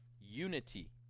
unity